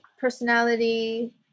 personality